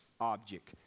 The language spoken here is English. object